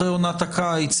אחרי עונת הקיץ,